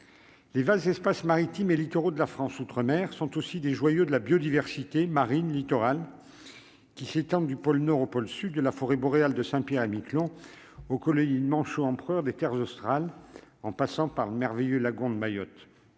Les vastes espaces maritimes et littoraux de la France Outre-Mer sont aussi des joyaux de la biodiversité marine littoral qui s'étend du pôle Nord au pôle sud de la forêt boréale de Saint-Pierre-et-Miquelon aux colonies de manchots empereurs des Terres australes en passant par le merveilleux lagon de Mayotte